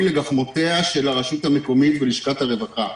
בגחמותיה של הרשות המקומית ולשכת הרווחה.